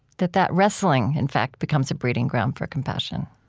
that that wrestling, in fact, becomes a breeding ground for compassion.